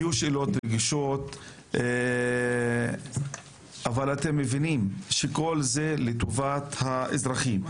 יהיו שאלות רגישות אבל אתם מבינים שכל זה לטובת האזרחים.